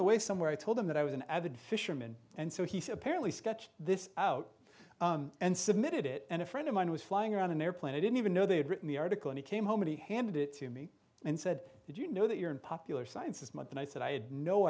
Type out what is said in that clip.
the way somewhere i told him that i was an avid fisherman and so he apparently sketched this out and submitted it and a friend of mine was flying around an airplane i didn't even know they had written the article and he came home and he handed it to me and said did you know that you're in popular science this month and i said i had no